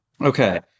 Okay